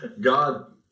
God